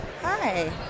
hi